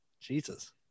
jesus